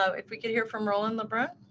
so if we can hear from roland lebron.